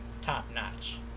top-notch